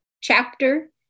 chapter